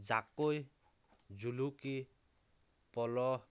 জাকৈ জুলুকি পলহ